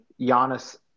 Giannis